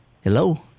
Hello